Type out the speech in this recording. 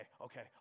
okay